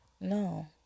No